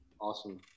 awesome